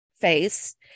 face